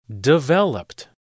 Developed